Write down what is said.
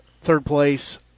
third-place